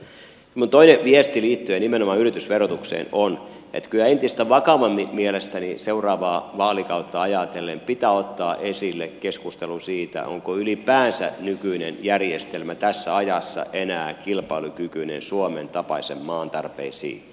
minun toinen viestini liittyen nimenomaan yritysverotukseen on että kyllä entistä vakavammin mielestäni seuraavaa vaalikautta ajatellen pitää ottaa esille keskustelu siitä onko ylipäänsä nykyinen järjestelmä tässä ajassa enää kilpailukykyinen suomen tapaisen maan tarpeisiin